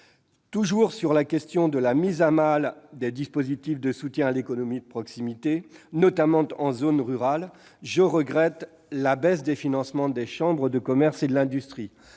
Toujours sur la question de la mise à mal des dispositifs de soutien à l'économie de proximité, notamment en zone rurale, je regrette la baisse des financements des chambres de commerce et de l'industrie.